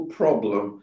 problem